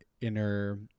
inner